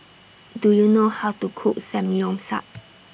Do YOU know How to Cook Samgyeopsal